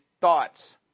thoughts